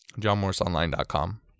johnmorrisonline.com